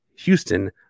Houston